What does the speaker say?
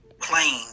plane